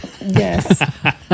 yes